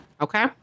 okay